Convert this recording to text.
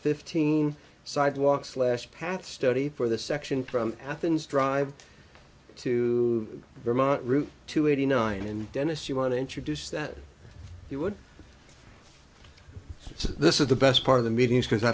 fifteen sidewalk slash path study for the section from athens drive to vermont route two eighty nine and dennis you want to introduce that he would so this is the best part of the meetings because i